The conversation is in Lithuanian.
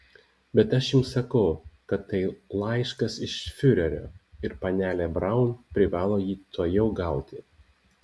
bet aš jums sakau kad tai laiškas iš fiurerio ir panelė braun privalo jį tuojau gauti